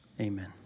Amen